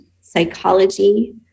psychology